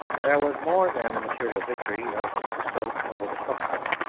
there was more than the material victory of the creusot over the krupp gun.